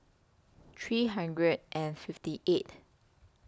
three hundred and fifty eight